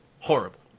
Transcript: Horrible